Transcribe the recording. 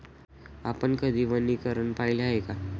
आपण कधी वनीकरण पाहिले आहे का?